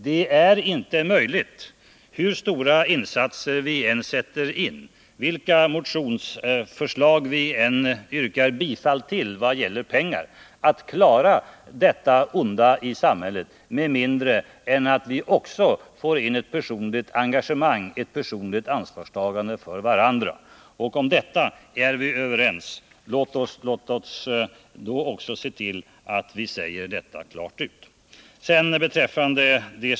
Det är inte möjligt — hur stora offentliga insatser vi än sätter in, vilka motionsförslag vi än yrkar bifall till när det gäller pengar — att klara detta onda i samhället med mindre än vi också får in ett personligt engagemang och ansvarstagande för varandra. Om detta är vi överens. Låt oss då också se till att vi säger detta klart ut.